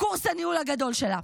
בקורס הניהול הגדול שלה.